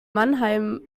mannheim